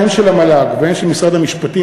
הן של המל"ג והן של משרד המשפטים,